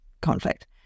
conflict